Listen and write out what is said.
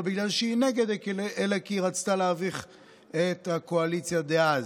לא בגלל שהיא נגדה אלא כי היא רצתה להביך את הקואליציה דאז.